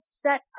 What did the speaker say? set